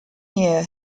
year